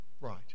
right